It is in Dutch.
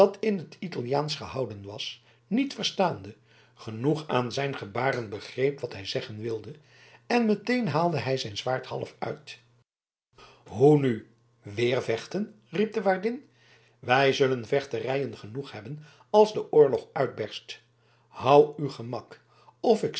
in t italiaansch gehouden was niet verstaande genoeg aan zijn gebaren begreep wat hij zeggen wilde en meteen haalde hij zijn zwaard half uit hoe nu weer vechten riep de waardin wij zullen vechterijen genoeg hebben als de oorlog uitberst hou uw gemak of ik